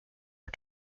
are